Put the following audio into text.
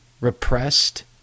repressed